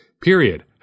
Period